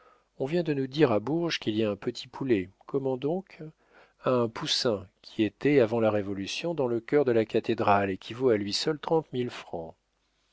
on vient de nous dire à bourges qu'il y a un petit poulet comment donc un poussin qui était avant la révolution dans le chœur de la cathédrale et qui vaut à lui seul trente mille francs